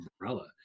umbrella